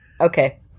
okay